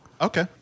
Okay